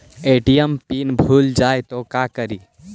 ATM PIN भुला जाए तो का करी?